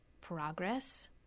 progress